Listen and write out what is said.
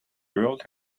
world